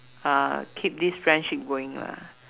uh keep this friendship going lah